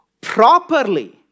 properly